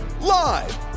live